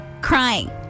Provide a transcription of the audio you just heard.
crying